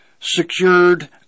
secured